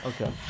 Okay